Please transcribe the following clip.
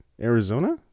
Arizona